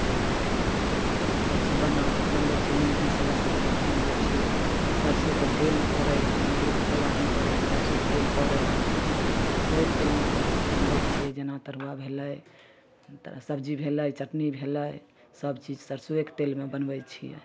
आओर सबचीज बना बनबै छिए निम्मक मसल्ला सब दऽ कऽ बनबै छिए सरिसोके तेल पड़ै हइ नारियलके तेल आओर नहि पड़ै हइ सरिसोके तेल पड़ै हइ सरिसोएके तेलमे सबचीज बनबै छिए जेना तरुआ भेलै सब्जी भेलै चटनी भेलै सबचीज सरिसोएके तेलमे बनबै छिए